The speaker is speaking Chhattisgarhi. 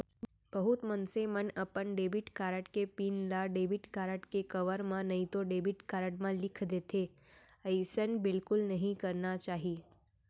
बहुत मनसे मन अपन डेबिट कारड के पिन ल डेबिट कारड के कवर म नइतो डेबिट कारड म लिख देथे, अइसन बिल्कुल नइ करना चाही